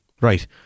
Right